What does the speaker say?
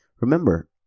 Remember